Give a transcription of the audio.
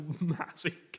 massive